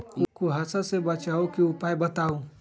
कुहासा से बचाव के उपाय बताऊ?